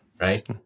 right